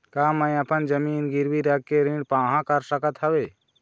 का मैं अपन जमीन गिरवी रख के ऋण पाहां कर सकत हावे?